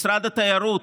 משרד התיירות,